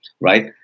right